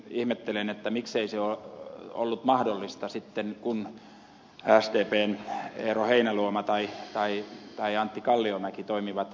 ihmettelen miksei se ollut mahdollista silloin kun sdpn eero heinäluoma tai antti kalliomäki toimi valtiovarainministerinä